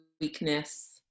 weakness